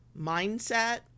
mindset